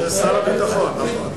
שניהם מצטטים.